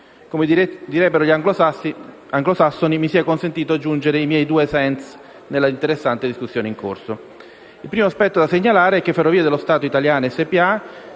Come direbbero gli anglosassoni, mi sia consentito aggiungere «i miei due *cents*» nella interessante discussione in corso. Il primo aspetto da segnalare è che Ferrovie dello Stato Italiane SpA